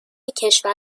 کشور